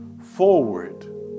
forward